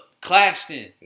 Claxton